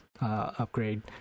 upgrade